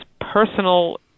personal